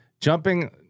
jumping